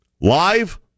Live